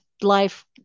life